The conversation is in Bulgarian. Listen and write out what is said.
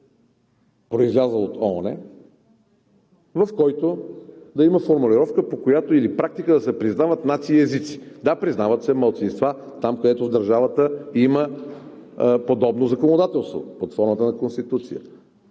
произлязъл от ООН, в който да има формулировка или практика да се признават нации и езици. Да, признават се малцинства, там, където държавата има подобно законодателство под формата на конституция.